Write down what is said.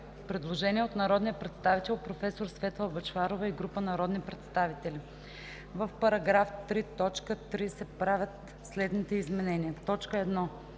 предложение от народния представител професор Светла Бъчварова и група народни представители: „В § 3, т. 3 се правят следните изменения: 1.